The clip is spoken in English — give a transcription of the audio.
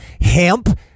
hemp